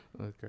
Okay